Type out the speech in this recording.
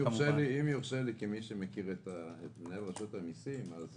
אם יורשה לי, כמי שמכיר את מנהל רשות המסים אז